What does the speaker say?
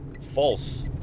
false